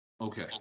Okay